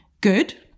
good